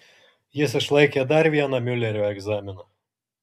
jis išlaikė dar vieną miulerio egzaminą